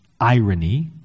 irony